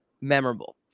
memorable